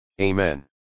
Amen